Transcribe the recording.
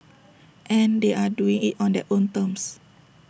and they are doing IT on their own terms